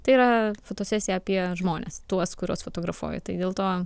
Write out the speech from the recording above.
tai yra fotosesija apie žmones tuos kuriuos fotografuoju tai dėl to